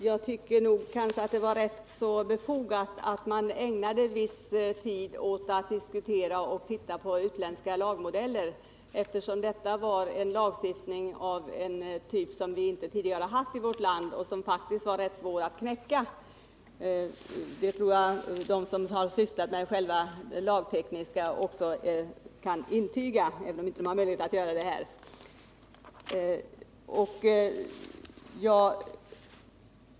Herr talman! Jag tycker att det var befogat att man ägnade viss tid åt att diskutera och titta på utländska lagmodeller, eftersom detta var en lagstiftningav en typ som vi tidigare inte haft i vårt land och som bjöd problem som det faktiskt var rätt svårt att knäcka. Det tror jag att de som sysslat med de lagtekniska frågorna kan intyga, även om de inte har möjlighet att göra det här.